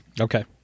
Okay